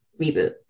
reboot